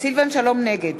נגד